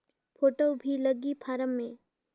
Photo भी लगी form मे?